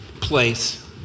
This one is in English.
place